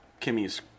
Kimmy's